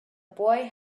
boy